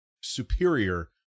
superior